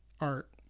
art